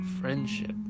Friendship